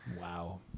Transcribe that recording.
Wow